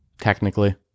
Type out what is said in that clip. technically